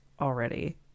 already